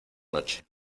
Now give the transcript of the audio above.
noche